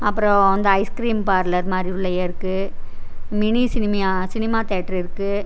அப்புறோம் அந்த ice cream parlour மாதிரி உள்ளயே இருக்குது மினி சினிமியா சினிமா தியேட்டர் இருக்குது